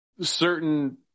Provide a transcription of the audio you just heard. certain